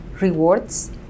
rewards